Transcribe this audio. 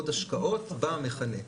עוד השקעות במכנה,